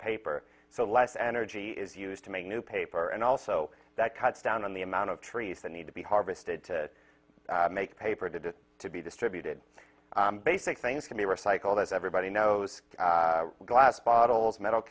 paper so less energy is used to make new paper and also that cuts down on the amount of trees that need to be harvested to make paper did it to be distributed basic things can be recycled as everybody knows glass bottles metal